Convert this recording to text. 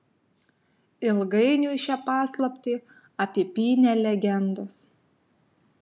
ilgainiui šią paslaptį apipynė legendos